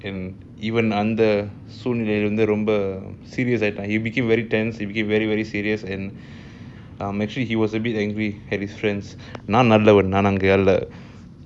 இவன்:ivan he became very tense he was very serious and he was a bit angry with his friends but looking back it was a comedy நான்நல்லவன்நான்அப்டிஅல்ல:nan nallavan nan apdi alla